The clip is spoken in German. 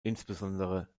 insbesondere